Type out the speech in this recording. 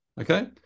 Okay